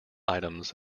items